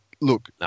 Look